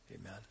amen